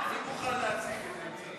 חברים, אני לא רוצה לסגור את המליאה.